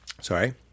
Sorry